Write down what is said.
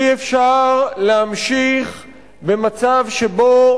אי-אפשר להמשיך במצב שבו